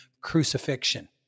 crucifixion